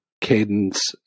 cadence